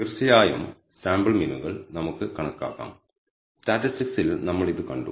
തീർച്ചയായും സാമ്പിൾ മീനുകൾ നമുക്ക് കണക്കാക്കാം സ്റ്റാറ്റിസ്റ്റിക്സിൽ നമ്മൾ ഇത് കണ്ടു